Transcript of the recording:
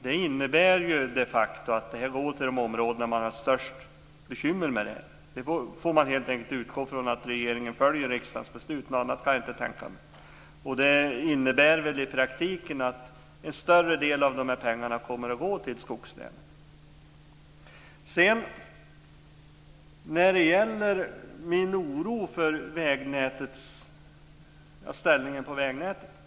Det innebär de facto att pengarna går till de områden som har största bekymren med de här sakerna. Man får helt enkelt utgå från att regeringen följer riksdagens beslut. Något annat kan jag inte tänka mig. I praktiken innebär det väl att en större del av de här pengarna kommer att gå till skogslänen. Sedan gäller det min oro för ställningen vad gäller vägnätet.